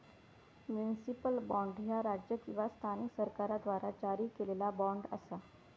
municipal bond, ह्या राज्य किंवा स्थानिक सरकाराद्वारा जारी केलेला बॉण्ड असा